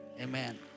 Amen